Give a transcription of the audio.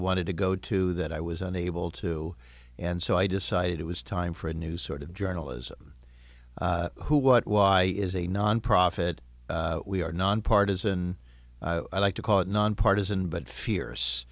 wanted to go to that i was unable to and so i decided it was time for a new sort of journalism who what why is a nonprofit we are nonpartisan i like to call it nonpartisan but f